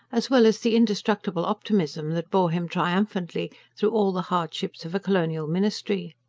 as well as the indestructible optimism that bore him triumphantly through all the hardships of a colonial ministry.